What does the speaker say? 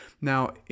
Now